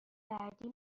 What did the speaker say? بعدی